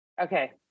Okay